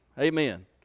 Amen